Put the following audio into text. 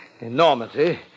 enormity